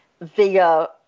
via